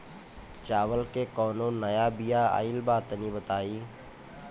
चावल के कउनो नया बिया आइल बा तनि बताइ?